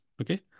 Okay